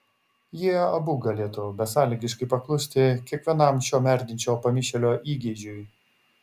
jie abu galėtų besąlygiškai paklusti kiekvienam šio merdinčio pamišėlio įgeidžiui